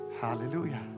Hallelujah